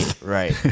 Right